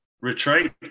retreat